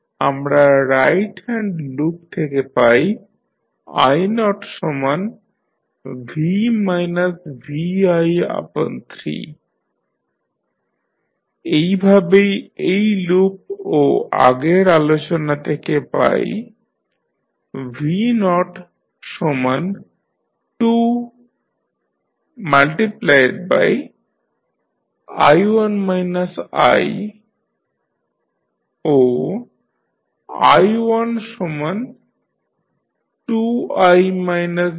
আমরা right hand loop থেকে পাই i0v vi3 এভাবেই এই লুপ ও আগের আলোচনা থেকে পাই v02 ও i12i vvs3